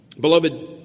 Beloved